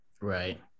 Right